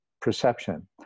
perception